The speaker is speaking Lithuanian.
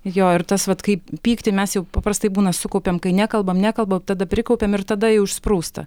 jo ir tas vat kaip pyktį mes jau paprastai būna sukaupiam kai nekalbam nekalbam tada prikaupiam ir tada jau išsprūsta